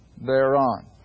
thereon